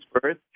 birth